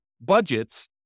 budgets